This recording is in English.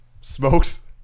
smokes